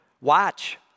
watch